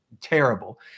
terrible